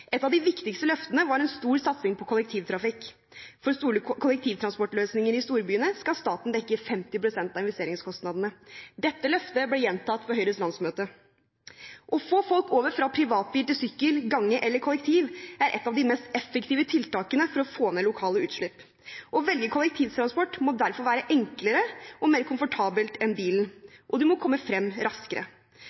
Et av de viktigste løftene var en stor satsing på kollektivtrafikk. For store kollektivtransportløsninger i storbyene skal staten dekke 50 pst. av investeringskostnadene. Dette løftet ble gjentatt på Høyres landsmøte. Å få folk over fra privatbil til sykkel, gange eller kollektiv er et av de mest effektive tiltakene for å få ned lokale utslipp. Å velge kollektivtransport må derfor være enklere og mer komfortabelt enn bilen, og man må komme frem raskere.